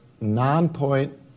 non-point